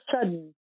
sudden